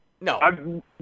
No